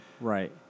Right